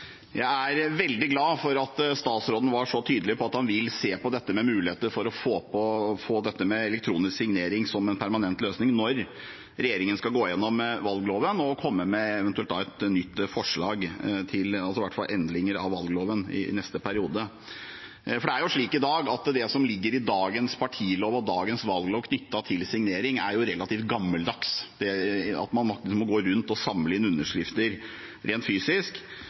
Jeg er veldig glad for at statsråden var så tydelig på at han vil se på mulighetene for å få elektronisk signering som en permanent løsning når regjeringen skal gå igjennom valgloven og eventuelt komme med et nytt forslag til endringer av valgloven i neste periode. For det er jo slik at det som ligger i dagens partilov og dagens valglov knyttet til signering, er relativt gammeldags ved at man må gå rundt og samle inn underskrifter rent fysisk.